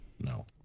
No